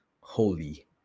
holy